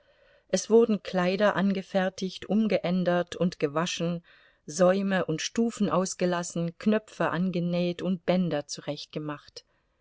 es wurden kleider angefertigt umgeändert und gewaschen säume und stufen ausgelassen knöpfe angenäht und bänder zurechtgemacht